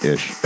Ish